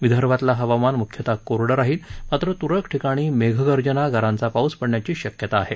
विदर्भातलं हवामान मुख्यतः कोरडं राहील मात्र तुरळक ठिकाणी मेघगर्जना गारांचा पाऊस पडण्याची शक्यता आहे